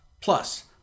Plus